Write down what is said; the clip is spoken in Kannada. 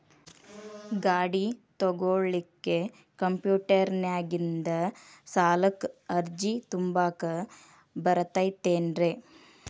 ಗಾಡಿ ತೊಗೋಳಿಕ್ಕೆ ಕಂಪ್ಯೂಟೆರ್ನ್ಯಾಗಿಂದ ಸಾಲಕ್ಕ್ ಅರ್ಜಿ ತುಂಬಾಕ ಬರತೈತೇನ್ರೇ?